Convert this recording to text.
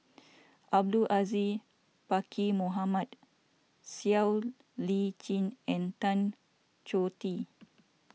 Abdul Aziz Pakkeer Mohamed Siow Lee Chin and Tan Choh Tee